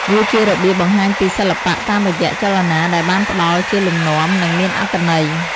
វាជារបៀបបង្ហាញពីសិល្បៈតាមរយៈចលនាដែលបានផ្តល់ជាលំនាំ និងមានអត្ថន័យ។